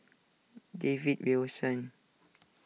David Wilson